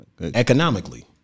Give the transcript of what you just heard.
Economically